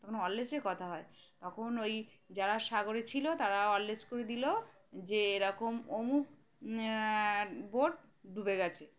তখন ওয়্যরলেসে কথা হয় তখন ওই যারা সাগরে ছিল তারা ওয়্যরলেসে করে দিলো যে এরকম অমুক বোট ডুবে গেছে